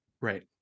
Right